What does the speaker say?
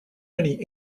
many